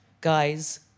guys